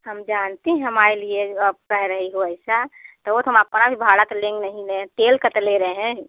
हम जानते हैं हमारे लिए आप कह रही हो ऐसा थोड़ा सा हम अपना भी भाड़ा तो लें नहीं लें तेल का तो ले रहे हैं